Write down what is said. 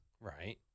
Right